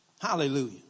Hallelujah